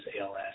ALS